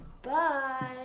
Bye